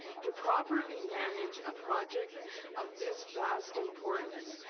to properly manage a project of this vast importance,